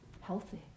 healthy